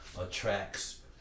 attracts